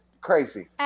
crazy